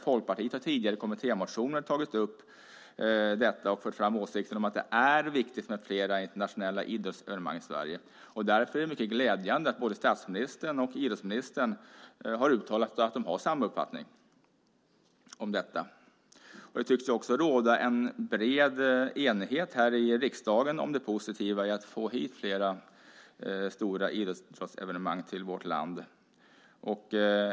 Folkpartiet har även tidigare i kommittémotioner tagit upp detta och fört fram åsikten att det är viktigt med fler internationella idrottsevenemang i Sverige. Därför är det mycket glädjande att både statsministern och idrottsministern har uttalat att de har samma uppfattning. Det tycks också råda en bred enighet här i riksdagen om det positiva i att få fler stora idrottsevenemang till vårt land.